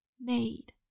made